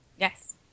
Yes